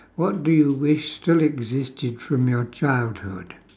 what do you wish still existed from your childhood